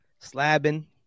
slabbing